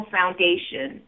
Foundation